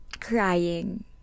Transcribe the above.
crying